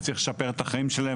אני צריך לשפר את החיים שלהם,